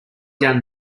down